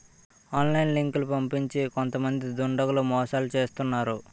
online లింకులు పంపించి కొంతమంది దుండగులు మోసాలు చేస్తున్నారు